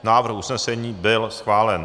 Návrh usnesení byl schválen.